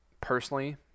personally